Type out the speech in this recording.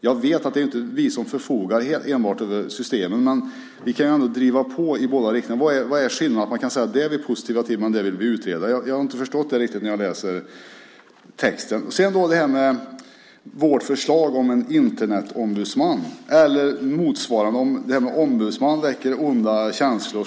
Jag vet att det inte är enbart vi som förfogar över systemen, men vi kan ändå driva på i båda riktningar. Det ena är ni positiva till, men det andra vill ni utreda. Vad är skillnaden? Jag har inte riktigt förstått det när jag läst texten. Den andra handlar om vårt förslag om en Internetombudsman eller någonting liknande. Det kanske väcker onda känslor.